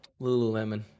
Lululemon